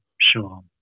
Sure